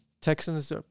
Texans